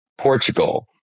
Portugal